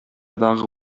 дагы